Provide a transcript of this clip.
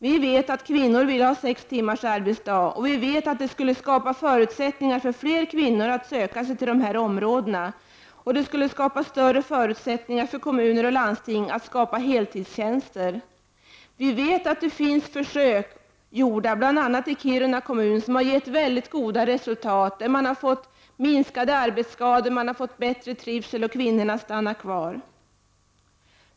Vi vet att kvinnor vill ha sex timmars arbetsdag, och vi vet att det skulle skapa förutsättningar för fler kvinnor att söka sig till dessa områden, liksom det skulle skapa större förutsättningar för kommuner och landsting att inrätta heltidstjänster. Vi vet att det har gjorts försök, bl.a. i Kiruna kommun, som givit mycket goda resultat. Man har fått minskade arbetsskador, man har åstadkommit större trivsel, och kvinnorna stannar kvar.